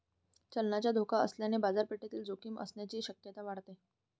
चलनाचा धोका असल्याने बाजारपेठेतील जोखीम असण्याची शक्यता वाढते